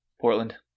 Portland